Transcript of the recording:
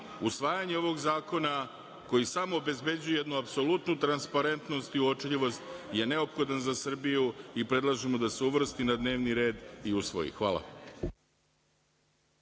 usvajanje ovog zakona koji samo obezbeđuje jednu apsolutnu transparentnost i uočljivost je neophodan za Srbiju i predlažemo da se uvrsti na dnevni red i usvoji. Hvala.